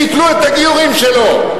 ביטלו את הגיורים שלו,